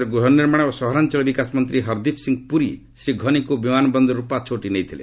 କେନ୍ଦ୍ର ଗୃହ ନିର୍ମାଣ ଓ ସହରାଞ୍ଚଳ ବିକାଶ ମନ୍ତ୍ରୀ ହର୍ଦୀପ ସିଂ ପୁରୀ ଶ୍ରୀ ଘନିଙ୍କୁ ବିମାନ ବନ୍ଦରରୁ ପାଛୋଟି ନେଇଥିଲେ